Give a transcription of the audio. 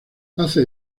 hace